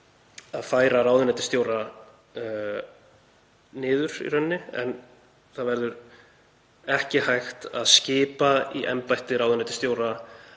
að færa ráðuneytisstjóra niður en það verður ekki hægt að skipa í embætti ráðuneytisstjóra